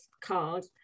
card